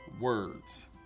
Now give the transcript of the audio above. words